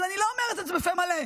אבל אני לא אומרת את זה בפה מלא,